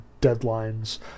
deadlines